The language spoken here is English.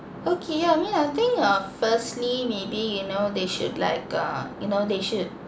okay ya I mean I think uh firstly maybe you know they should like uh you know they should